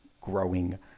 growing